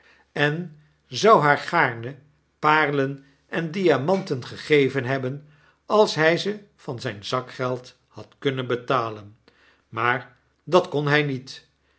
en zou haar gaarne paarlen en diamanten gegeven hebben als hij ze van zyn zakgeld had kunnen betalen maar dat kon hij niet